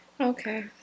Okay